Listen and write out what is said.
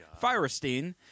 Firestein